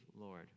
Lord